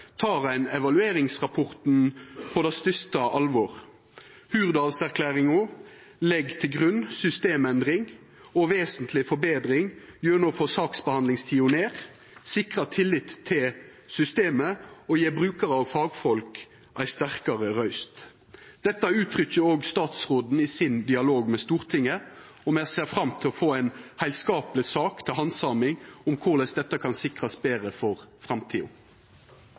evalueringsrapporten på det største alvor. Hurdalserklæringa legg til grunn systemendring og vesentleg forbetring gjennom å få saksbehandlingstida ned, sikra tillit til systemet og gje brukarar og fagfolk ei sterkare røyst. Det uttrykkjer òg statsråden i sin dialog med Stortinget, og me ser fram til å få ei heilskapleg sak til handsaming om korleis dette kan sikrast betre for framtida.